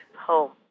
home